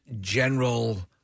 general